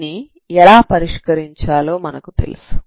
దీనిని ఎలా పరిష్కరించాలో మనకు తెలుసు